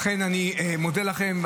לכן אני מודה לכם,